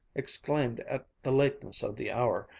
exclaimed at the lateness of the hour,